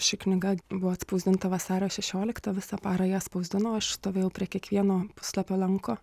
ši knyga buvo atspausdinta vasario šešioliktą visą parą ją spausdino aš stovėjau prie kiekvieno puslapio lanko